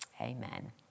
Amen